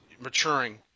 maturing